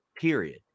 period